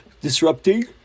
disrupting